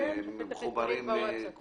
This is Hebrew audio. מה